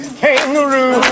kangaroo